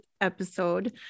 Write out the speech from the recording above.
episode